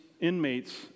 inmates